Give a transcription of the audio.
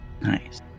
Nice